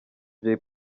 jay